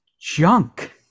junk